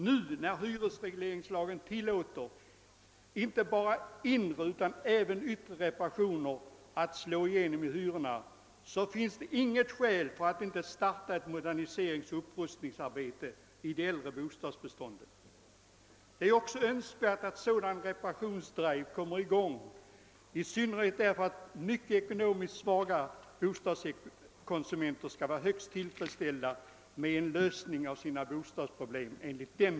Nu när hyresregleringslagen tillåter inte bara inre utan även yttre reparationer att slå igenom i hyrorna finns det inget skäl att inte starta ett moderniseringsoch upprustningsarbete i det äldre fastighetsbeståndet. Det är också önskvärt att en reparationsdrive kommer i gång, i synnerhet som många ekonomiskt svagare bostadskonsumenter skulle vara tillfredsställda med en sådan lösning av bostadsproblemet.